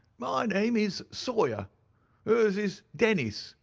my name is sawyer her's is dennis,